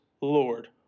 Lord